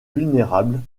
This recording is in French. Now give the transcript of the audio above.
vulnérables